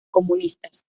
comunistas